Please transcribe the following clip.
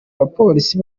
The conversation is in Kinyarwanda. abapolisi